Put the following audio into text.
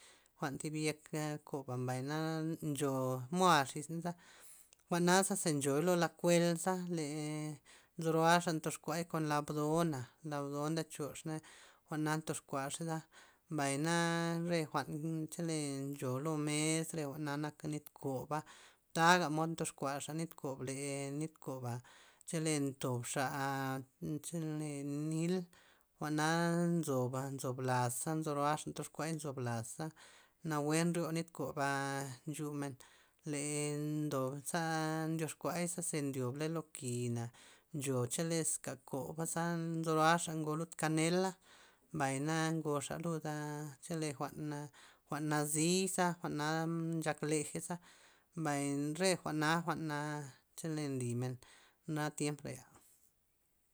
Jwa'n thib yek koba mbay na ncho mu'a xisney za, jwa'na za nchoy lo la kuel za le nzo ro'axa ndyox kuay kon la bdo' na, la bdo nde choxa na jwa'na ndox kuaxey za mbay na re jwan chole ncho lo mes re jwa'na nak nit koba, taga mod ndoxkuaxa nit kob le nit koba chole ntob xa chole nil jwa'na nzoba nzob las nzo roaxa ndox kuay nzob lasza nawue nryo nit kob na nchumen le ndob za ndyoxkuay za ze ndyobla lo kina ncho choleska koba za nzo roa'xa ngo lud kanela mbay na ngoxa luda chole jwa'n jwa'n nazi' iza jwa'na nchak lejey za mbay re jwa'na chole nlymen na tiemp re'a.